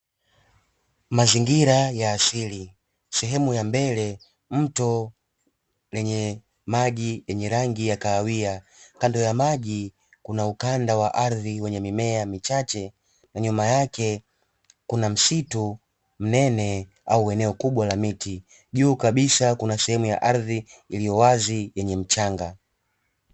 Mazingira ya asili sehemu ya mbele mto lenye maji yenye rangi ya kahawia; kando ya maji kuna ukanda wa ardhi wenye mimea michache, na nyuma yake kuna msitu mnene au eneo kubwa la miti. Juu kabisa kuna sehemu ya ardhi iliyowazi yenye mchanga.